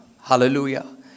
Hallelujah